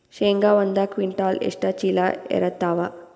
ಶೇಂಗಾ ಒಂದ ಕ್ವಿಂಟಾಲ್ ಎಷ್ಟ ಚೀಲ ಎರತ್ತಾವಾ?